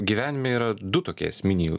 gyvenime yra du tokie esminiai